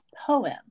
poem